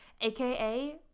aka